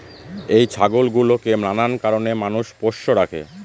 এই ছাগল গুলোকে নানান কারণে মানুষ পোষ্য রাখে